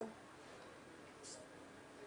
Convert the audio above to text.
ומי שיש לו טלפון כשר,